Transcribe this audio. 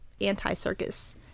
anti-circus